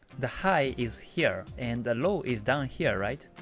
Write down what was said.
the high is here and the low is down here, right?